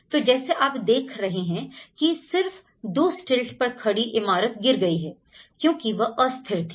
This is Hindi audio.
तो जैसे आप देख रहे हैं कि सिर्फ दो स्टिल्ट पर खड़ी इमारत गिर गई है क्योंकि वह अस्थिर थी